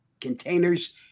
containers